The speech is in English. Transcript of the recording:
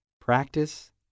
practice